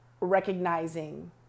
recognizing